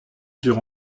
dure